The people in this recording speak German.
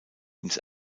ins